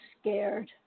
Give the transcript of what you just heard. scared